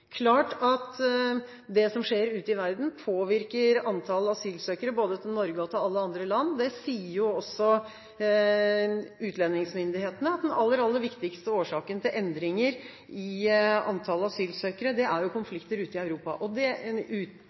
klart at det som skjer ute i verden, påvirker antallet asylsøkere både til Norge og til alle andre land. Utlendingsmyndighetene sier jo også at den aller, aller viktigste årsaken til endringer i antallet asylsøkere er konflikter utenfor Europa. Det er